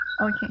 Okay